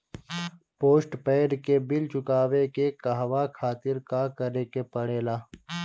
Postpaid के bill चुकावे के कहवा खातिर का करे के पड़ें ला?